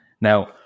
Now